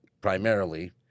primarily